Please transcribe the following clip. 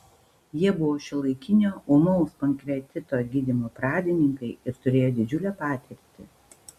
jie buvo šiuolaikinio ūmaus pankreatito gydymo pradininkai ir turėjo didžiulę patirtį